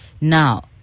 Now